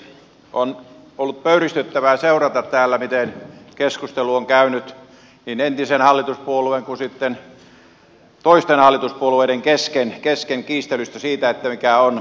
on ollut pöyristyttävää seurata täällä miten keskustelu on käynyt niin entisen hallituspuolueen kuin sitten toisten hallituspuolueiden kesken kiistelystä siitä että mikä on tärkeää